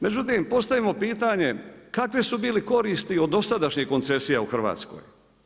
Međutim, postavimo pitanje kakve su bile koristi od dosadašnjih koncesija u Hrvatskoj?